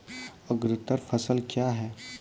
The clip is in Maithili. अग्रतर फसल क्या हैं?